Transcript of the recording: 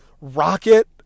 Rocket